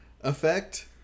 effect